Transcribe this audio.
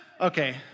Okay